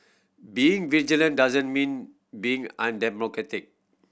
being vigilant doesn't mean being undemocratic